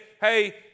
hey